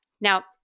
Now